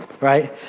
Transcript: right